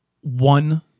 one